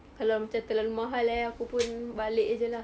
kalau macam terlalu mahal eh aku pun balik saja lah